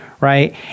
right